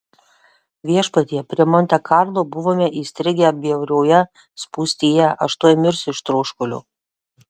viešpatie prie monte karlo buvome įstrigę bjaurioje spūstyje aš tuoj mirsiu iš troškulio